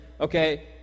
okay